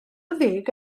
ddeg